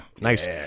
Nice